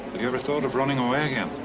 you ever thought of running away again?